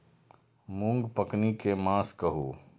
मूँग पकनी के मास कहू?